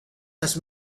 las